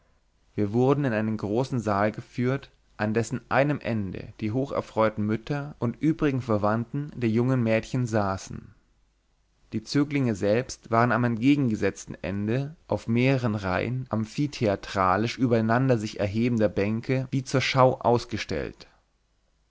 wir wurden in einen großen saal geführt an dessen einem ende die hocherfreuten mütter und übrigen verwandten der jungen mädchen saßen die zöglinge selbst waren am entgegengesetzten ende auf mehreren reihen amphitheatralisch übereinander sich erhebender bänke wie zur schau ausgestellt